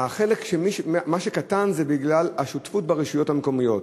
החלק שקטן הוא בגלל השותפות ברשויות המקומיות.